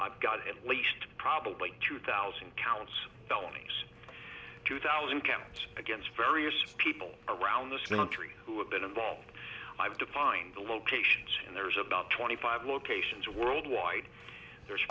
i've got in least probably two thousand counts don't these two thousand camps against various people around this country who have been involved i've defined the locations and there's about twenty five locations worldwide there's